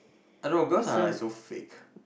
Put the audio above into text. a lot of girls are like so fake